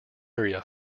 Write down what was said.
area